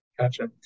Gotcha